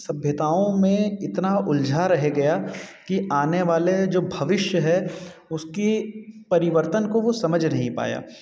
सभ्यताओं में इतना उलझा रह गया कि आने वाली जो भविष्य है उसकी परिवर्तन को वो समझ नहीं पाया